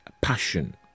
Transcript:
passion